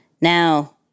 now